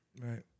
Right